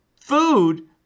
food